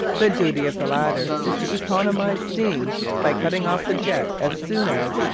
the duty of the latter is to economise steam by cutting off the jet as soon as,